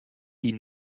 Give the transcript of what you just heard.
die